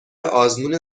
آزمون